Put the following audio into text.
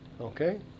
okay